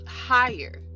higher